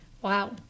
Wow